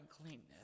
uncleanness